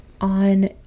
On